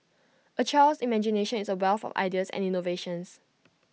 A child's imagination is A wealth of ideas and innovations